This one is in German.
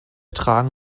tragen